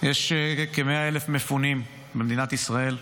יש כ-100,000 מפונים במדינת ישראל,